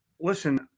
listen